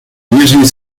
usually